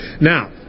Now